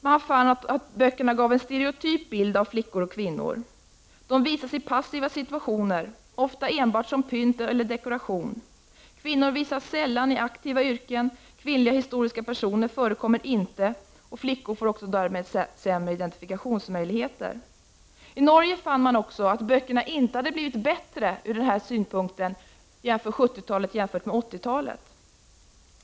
Man fann att böckerna gav en stereotyp bild av flickor och kvinnor. De visas i passiva situationer, ofta enbart som dekoration. Kvinnor visas sällan i aktiva yrken, kvinnliga historiska personer förekommer inte, och flickor får därmed också sämre identifikationsmöjligheter. I Norge fann man vidare att böckerna inte hade blivit bättre ur denna synpunkt under 80-talet än under 70-talet.